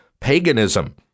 paganism